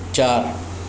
चारि